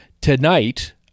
tonight